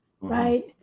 right